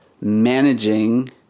managing